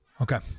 Okay